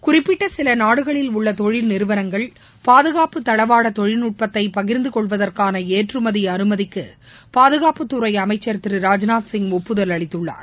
குறிப்பிட்ட சில நாடுகளில் உள்ள தொழில் நிறுவனங்கள் பாதுகாப்பு தளவாட தொழில்நட்பத்தை பகிர்ந்து கொள்வதற்கான ஏற்றுமதி அனுமதிக்கு பாதுகாப்புத்துறை அமைச்சர் திரு ராஜ்நாத்சிங் ஏட்புதல் அளித்துள்ளார்